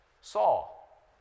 Saul